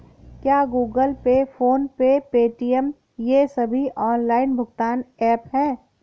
क्या Google Pay PhonePe Paytm ये सभी ऑनलाइन भुगतान ऐप हैं?